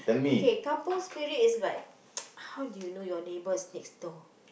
okay kampung Spirit is like how do you know your neighbours next door